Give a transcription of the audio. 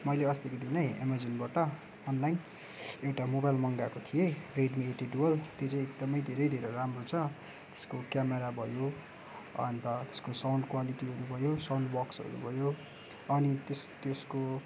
मैले अस्तिको दिनै अमाजनबाट अनलाइन एउटा मोबाइल मगाएको थिएँ रेडमी एट ए डुअल त्यो चाहिँ एकदमै धेरै धेरै राम्रो छ त्यसको क्यामरा भयो अन्त त्यसको साउन्ड क्वालिटीहरू भयो साउन्ड बक्सहरू भयो अनि त्यस त्यसको